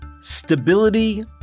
Stability